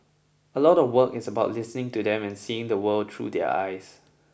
a lot of work is about listening to them and seeing the world through their eyes